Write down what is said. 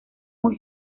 muy